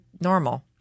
normal